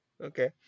Okay